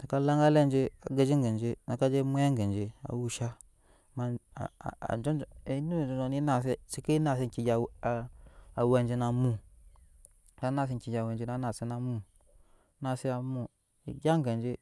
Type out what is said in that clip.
lag galɛ je geji gente nkaje mwet genje wusha kuma a a janjan nus enure ne ne nase seke nase enkgya awɛɛ je nanu na naase enkegya awɛɛj naimu gya genje.